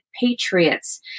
patriots